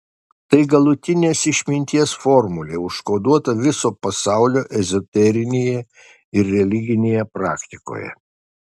tai galutinės išminties formulė užkoduota viso pasaulio ezoterinėje ir religinėje praktikoje